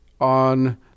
on